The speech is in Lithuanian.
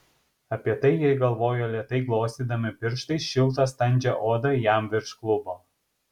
apie tai ji galvojo lėtai glostydama pirštais šiltą standžią odą jam virš klubo